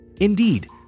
Indeed